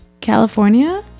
California